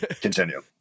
Continue